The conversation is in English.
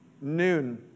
Noon